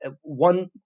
one